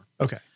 Okay